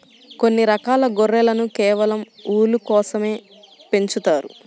కొన్ని రకాల గొర్రెలను కేవలం ఊలు కోసమే పెంచుతారు